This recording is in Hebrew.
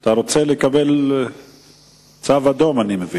אני מבין שאתה רוצה לקבל צו אדום.